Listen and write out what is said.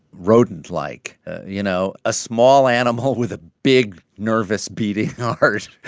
rodent-like you know, a small animal with a big, nervous, beating heart.